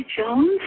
Jones